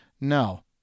No